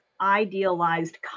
idealized